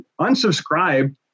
unsubscribe